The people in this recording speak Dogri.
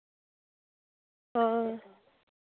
हां